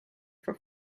for